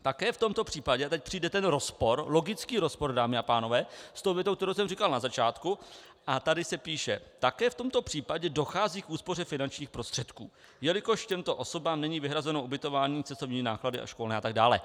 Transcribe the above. Také v tomto případě a teď přijde ten rozpor, logický rozpor, dámy a pánové, s větou, kterou jsem říkal na začátku, a tady se píše: Také v tomto případě dochází k úspoře finančních prostředků, jelikož těmto osobám není vyhrazeno ubytování, cestovní náklady a školné atd.